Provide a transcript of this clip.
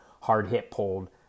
hard-hit-pulled